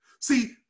See